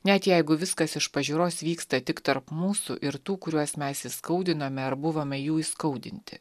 net jeigu viskas iš pažiūros vyksta tik tarp mūsų ir tų kuriuos mes įskaudinome ar buvome jų įskaudinti